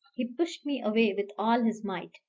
he pushed me away with all his might.